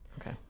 Okay